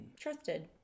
trusted